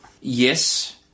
Yes